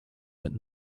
that